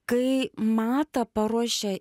kai matą paruošė